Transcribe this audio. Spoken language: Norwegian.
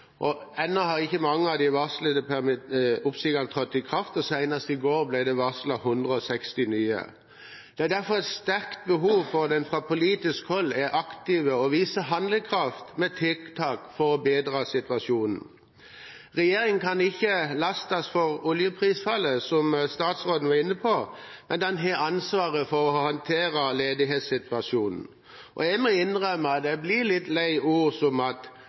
og senest i går ble det varslet 160 nye. Det er derfor et sterkt behov for at en fra politisk hold er aktiv og viser handlekraft med tiltak for å bedre situasjonen. Regjeringen kan ikke lastes for oljeprisfallet, som statsråden var inne på, men den har ansvaret for å håndtere ledighetssituasjonen. Jeg må innrømme at jeg blir litt lei av at ord som